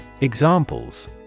Examples